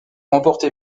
remportée